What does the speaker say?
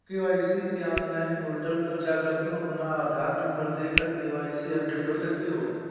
KYC के online portal पर जाकर तुम अपना आधार नंबर देकर के.वाय.सी अपडेट कर सकते हो